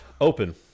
Open